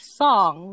song